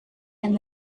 and